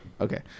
Okay